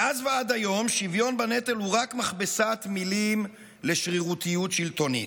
מאז ועד היום שוויון בנטל הוא רק מכבסת מילים לשרירותיות שלטונית.